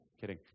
Kidding